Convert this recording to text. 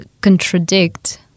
contradict